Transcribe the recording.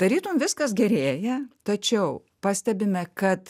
tarytum viskas gerėja tačiau pastebime kad